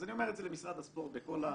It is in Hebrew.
אז אני אומר את זה למשרד הספורט בכל הענווה.